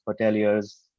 hoteliers